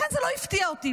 לכן זה לא הפתיע אותי.